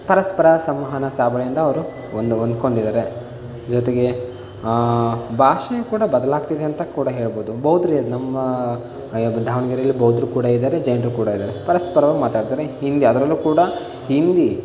ಪರಸ್ಪರ ಸಂವಹನ ಸಹಬಾಳ್ವೆಯಿಂದ ಅವರು ಹೊಂದಿ ಹೊಂದ್ಕೊಂಡು ಇದ್ದಾರೆ ಜೊತೆಗೆ ಭಾಷೆ ಕೂಡ ಬದಲಾಗ್ತಿದೆ ಅಂತ ಕೂಡ ಹೇಳ್ಬೋದು ಬೌದ್ಧರು ನಮ್ಮ ದಾವಣಗೆರೆಲಿ ಬೌದ್ಧರು ಕೂಡ ಇದ್ದಾರೆ ಜೈನರು ಕೂಡ ಇದ್ದಾರೆ ಪರಸ್ಪರವಾಗಿ ಮಾತಾಡ್ತಾರೆ ಹಿಂದೂ ಅದರಲ್ಲೂ ಕೂಡ ಹಿಂದಿ